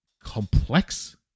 complex